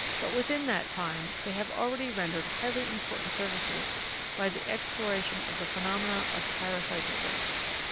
but within that time, they have already rendered highly important services by the exploration of the phenomena of parasitism.